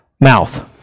mouth